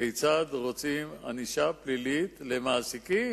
כיצד רוצים ענישה פלילית למעסיקים?